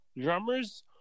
drummers